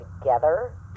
together